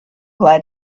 glad